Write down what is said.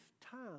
time